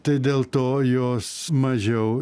tai dėl to jos mažiau